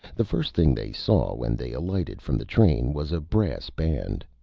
the first thing they saw when they alighted from the train was a brass band.